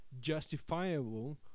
justifiable